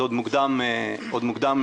זה עוד מוקדם להגיד.